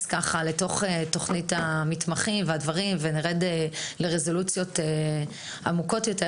לתכנית המתמחים ונרד לרזולוציות עמוקות יותר